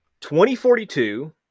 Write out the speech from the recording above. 2042